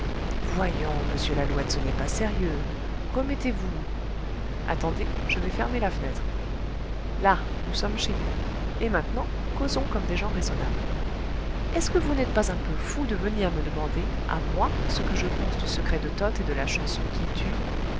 voyons m lalouette ce n'est pas sérieux remettez-vous attendez je vais fermer la fenêtre là nous sommes chez nous et maintenant causons comme des gens raisonnables est-ce que vous n'êtes pas un peu fou de venir me demander à moi ce que je pense du secret de toth et de la chanson qui tue